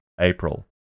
April